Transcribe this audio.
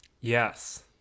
Yes